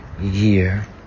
year